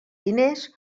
diners